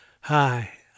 Hi